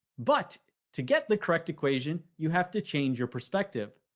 but, to get the correct equation, you have to change your perspective.